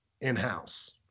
in-house